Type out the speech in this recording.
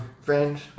friends